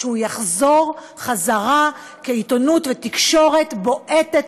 שהוא יחזור חזרה כעיתונות ותקשורת בועטת,